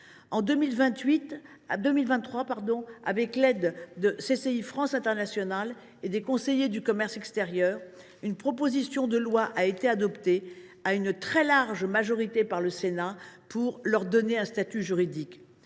françaises à l’international – et des conseillers du commerce extérieur, une proposition de loi a été adoptée à une très large majorité par le Sénat pour leur donner un statut juridique.